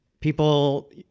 people